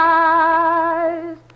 eyes